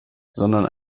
sondern